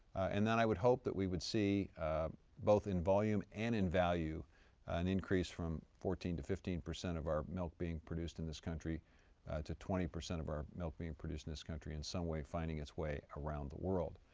and then i would hope that we would see both in volume and in value an increase from fourteen percent to fifteen percent of our milk being produced in this country to twenty percent of our milk being produced in this country and some way finding its way around the world.